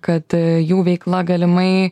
kad jų veikla galimai